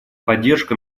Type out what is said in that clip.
поддержка